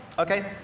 Okay